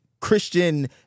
Christian